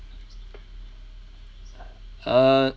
err